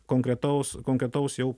konkretaus konkretaus jau